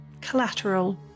collateral